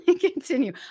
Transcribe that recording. continue